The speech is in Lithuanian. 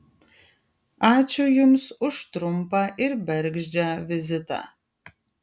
ačiū jums už trumpą ir bergždžią vizitą